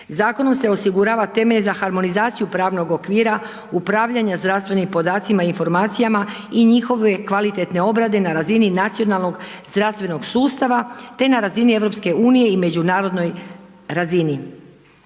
Zakonom se osigurava temelj za harmonizaciju pravnog okvira, upravljanja zdravstvenim podacima i informacijama i njihove kvalitetne obrade na razini nacionalnog zdravstvenog sustava te na razini EU-a i međunarodnoj razini.